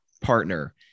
partner